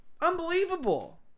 Unbelievable